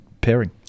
pairing